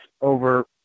over